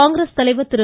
காங்கிரஸ் தலைவர் திரு